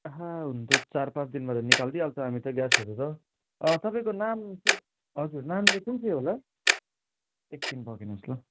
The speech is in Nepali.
आहा हुन त चार पाँच दिनबाट निकालिदिई हाल्छ हामी त ग्यासहरू त तपाईँको नाम चाहिँ हजुर नाम चाहिँ कुन चाहिँ होला एक छिन पर्खिनुहोस् ल